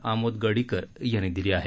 आमोद गडीकर यांनी दिली आहे